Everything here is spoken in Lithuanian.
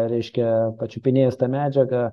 reiškia pačiupinėjęs tą medžiagą